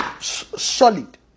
solid